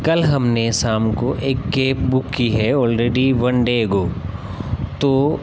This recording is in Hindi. कल हमने शाम को एक केब बुक की है ऑलरेडी वन डे गो तो